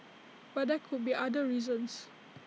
but there could be other reasons